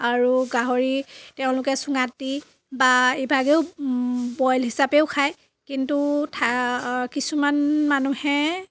আৰু গাহৰি তেওঁলোকে চুঙাত দি বা ইভাগেও বইল হিচাপেও খায় কিন্তু কিছুমান মানুহে